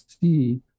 see